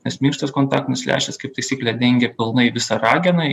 nes minkštas kontaktinias lęšis kaip taisyklė dengia pilnai visą rageną